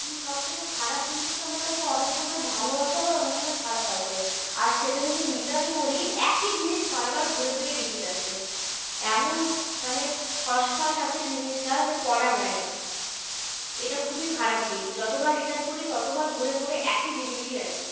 সবথেকে খারাপ জিনিসটা হলো যে অনেক সময় ভালো আসে আবার অনেক সময় খারাপ আসে আর সেটা যদি রিটার্ন করি একই জিনিস বারবার ঘুরে ফিরে রিপিট আসে এমন মানে খস খস আছে জিনিসটা যে পরা যায় না এটা খুবই খারাপ দিক যতবার রিটার্ন করি ততবার ঘুরে ঘুরে একই জিনিসই আসে